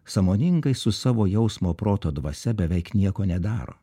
sąmoningai su savo jausmo proto dvasia beveik nieko nedaro